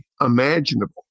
imaginable